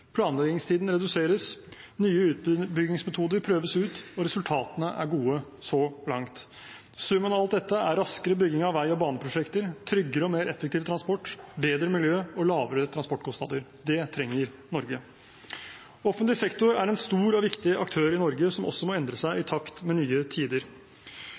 Planleggingstiden reduseres, nye utbyggingsmetoder prøves ut, og resultatene er gode så langt. Summen av alt dette er raskere bygging av vei- og baneprosjekter, tryggere og mer effektiv transport, bedre miljø og lavere transportkostnader. Det trenger Norge. Offentlig sektor er en stor og viktig aktør i Norge som også må endre seg i takt med nye tider.